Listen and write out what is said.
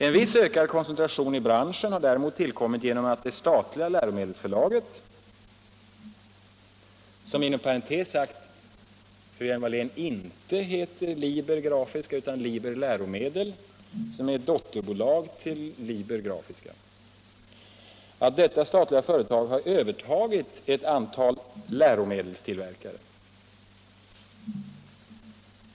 En viss ökad koncentration i branschen har tillkommit genom att det statliga läromedelsförlaget — som inom parentes sagt, fru Hjelm-Wallén, inte heter Liber Grafiska utan Liber Läromedel som är ett dotterbolag till Liber Grafiska — övertagit ett antal läromedelstillverkare.